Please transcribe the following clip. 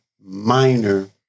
minor